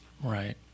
Right